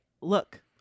look